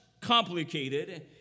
complicated